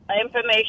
information